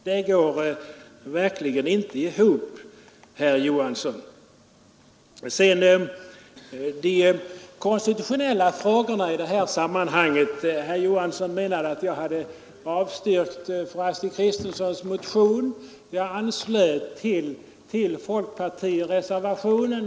Det går verkligen inte ihop, herr Johansson. Herr Johansson menade att jag hade avstyrkt fru Kristenssons motion. Jag anslöt mig till folkpartireservationen.